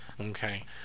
Okay